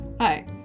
Hi